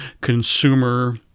consumer